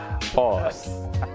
Pause